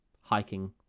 hiking